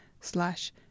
slash